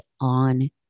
on